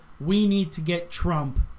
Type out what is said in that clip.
we-need-to-get-Trump